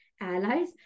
allies